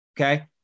Okay